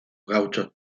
gauchos